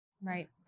Right